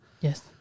Yes